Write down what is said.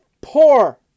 poor